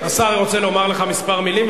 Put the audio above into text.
השר רוצה לומר לך כמה מלים.